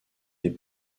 des